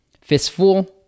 fistful